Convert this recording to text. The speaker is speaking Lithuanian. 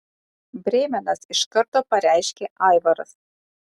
brėmenas iš karto pareiškė aivaras